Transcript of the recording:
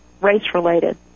race-related